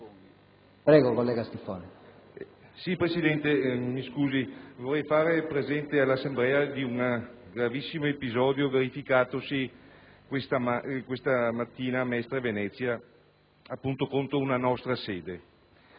*(LNP)*. Signor Presidente, mi scusi, vorrei fare presente all'Assemblea un gravissimo episodio verificatosi questa mattina a Mestre (Venezia) contro una nostra sede.